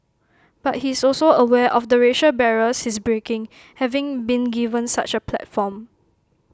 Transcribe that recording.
but he's also aware of the racial barriers he's breaking having been given such A platform